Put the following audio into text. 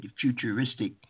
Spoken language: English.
futuristic